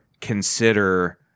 consider